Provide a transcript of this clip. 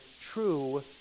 true